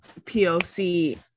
poc